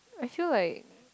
I feel like